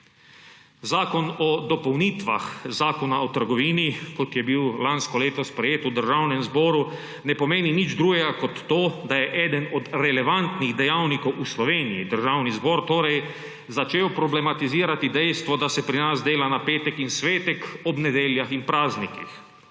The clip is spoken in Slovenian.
Zakon o dopolnitvah Zakona o trgovini, kot je bil lansko leto sprejet v Državnem zboru, ne pomeni nič drugega kot to, da je eden od relevantnih dejavnikov v Sloveniji, Državni zbor torej, začel problematizirati dejstvo, da se pri nas dela na petek in svetek, ob nedeljah in praznikih.